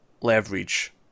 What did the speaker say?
leverage